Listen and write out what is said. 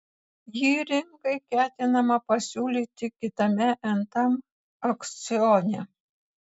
jį rinkai ketinama pasiūlyti kitame nt aukcione